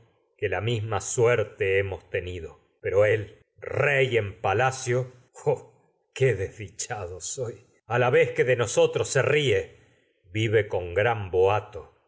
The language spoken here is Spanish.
que la suerte misma hemos tenido pero él rey en palacio se oh qué desdichado con soy a la vez que de nosotros ríe vive gran boato